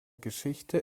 geschichte